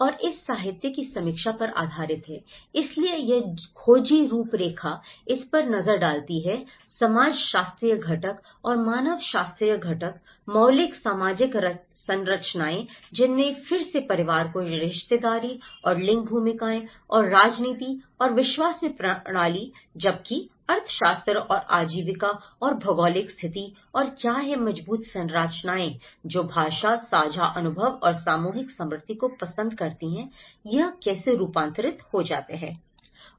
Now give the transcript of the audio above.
और उस साहित्य की समीक्षा पर आधारित है इसलिए यह खोजी रूपरेखा इस पर नजर डालती है समाजशास्त्रीय घटक और मानवशास्त्रीय घटक मौलिक सामाजिक संरचनाएं जिनमें फिर से परिवार की रिश्तेदारी और लिंग भूमिकाएं और राजनीति और विश्वास हैं प्रणाली जबकि अर्थशास्त्र और आजीविका और भौगोलिक स्थिति और क्या हैं मजबूत संरचनाएं जो भाषा साझा अनुभव और सामूहिक स्मृति को पसंद करती हैं यह कैसे रूपांतरित हो जाता है